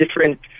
different